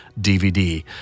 DVD